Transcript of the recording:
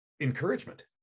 encouragement